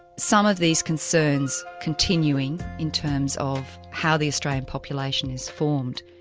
some of these concerns continuing, in terms of how the australian population is formed.